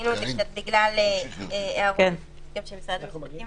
שינינו את זה בגלל הערות של משרד המשפטים,